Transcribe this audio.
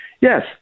Yes